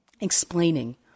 explaining